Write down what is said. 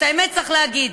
את האמת צריך להגיד.